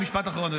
משפט אחרון,